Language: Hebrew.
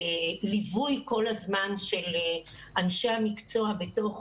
ולליווי כל הזמן של אנשי המקצוע בתוך